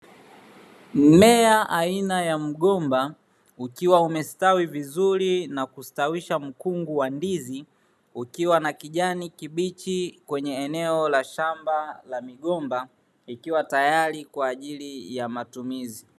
Mmea aina ya mgomba ukiwa umestawi vizuri nakustawisha mkungu wa ndizi, ukiwa na kijani kibichi kwenye eneo la shamba la migomba likiwa tayari kwa ajili ya matumizi.